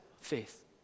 faith